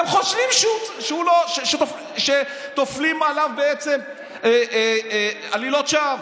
הם חושבים שטופלים עליו בעצם עלילות שווא.